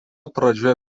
pradžioje